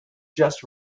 just